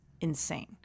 insane